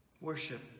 Worship